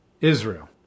Israel